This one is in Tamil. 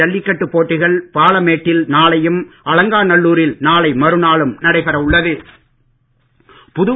ஜல்லிக்கட்டு போட்டிகள் பாலமேட்டில் நாளையும் அலங்காநல்லூரில் நாளை மறுநாளும் நடைபெற உள்ளது